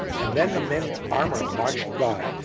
and then the men in armour marched by,